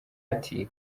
ati